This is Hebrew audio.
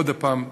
עוד הפעם,